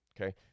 okay